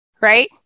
Right